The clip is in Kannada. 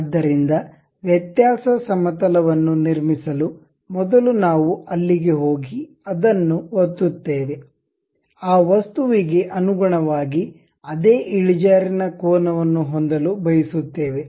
ಆದ್ದರಿಂದ ವ್ಯತ್ಯಾಸ ಸಮತಲವನ್ನು ನಿರ್ಮಿಸಲು ಮೊದಲು ನಾವು ಅಲ್ಲಿಗೆ ಹೋಗಿ ಅದನ್ನು ಒತ್ತುತ್ತೇವೆ ಆ ವಸ್ತುವಿಗೆ ಅನುಗುಣವಾಗಿ ಅದೇ ಇಳಿಜಾರಿನ ಕೋನವನ್ನು ಹೊಂದಲು ಬಯಸುತ್ತೇವೆ